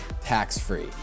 tax-free